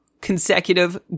consecutive